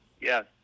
yes